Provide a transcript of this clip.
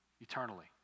eternally